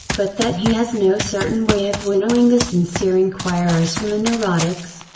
but that he has no certain way of winnowing the sincere inquirers from the neurotics,